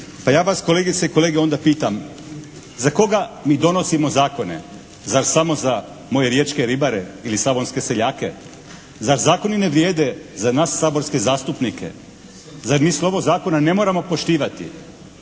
Pa ja vas kolegice i kolege, onda pitam. Za koga mi onda donosimo zakone? Zar samo za moje riječke ribare ili slavonske seljake. Zar zakoni ne vrijede za nas saborske zastupnike? Zar mi slovo zakona ne moramo poštivati?